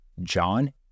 John